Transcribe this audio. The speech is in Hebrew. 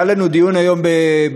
היה לנו דיון היום בסיעה,